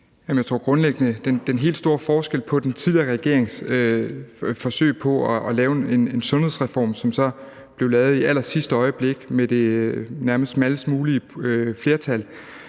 den helt store forskel på den tidligere borgerlige regerings forsøg på at lave en sundhedsreform – som så blev lavet i allersidste øjeblik med det nærmest smallest mulige flertal,